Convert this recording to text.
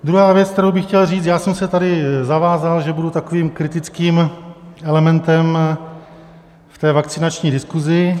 Druhá věc, kterou bych chtěl říct, já jsem se tady zavázal, že budu takovým kritickým elementem v té vakcinační diskusi.